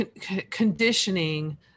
conditioning